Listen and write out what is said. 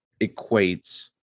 equates